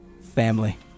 Family